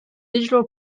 digital